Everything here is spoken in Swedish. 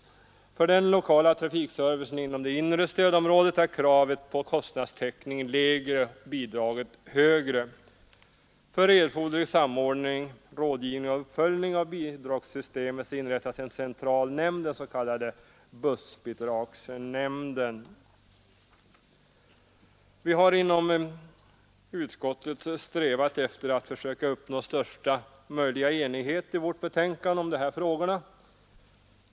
För den lokala trafikservicen inom det inre stödområdet är kravet på kostnadstäckning lägre och bidraget högre. För erforderlig samordning, rådgivning och uppföljning av bidragssystemet föreslås inrättandet av en central nämnd, den s.k. bussbidragsnämnden. Vi har inom utskottet strävat efter att uppnå största möjliga enighet om dessa frågor.